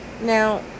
Now